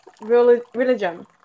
religion